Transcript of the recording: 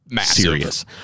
serious